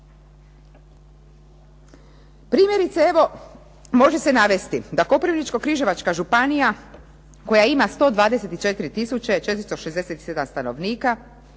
Primjerice evo može se navesti da Križevačko-koprivnička županija koja ima 124 tisuće 467 stanovnika,